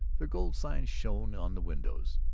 their gold signs shone on the windows.